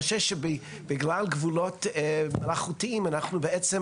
אני חושש שבגלל גבולות מלאכותיים אנחנו בעצם